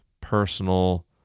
Personal